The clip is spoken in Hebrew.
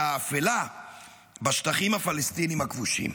האפלה בשטחים הפלסטיניים הכבושים.